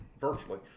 virtually